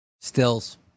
Stills